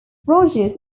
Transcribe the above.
rogers